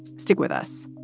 stick with us